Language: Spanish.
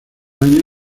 año